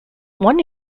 one